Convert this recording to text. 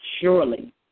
surely